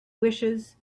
wishes